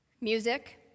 Music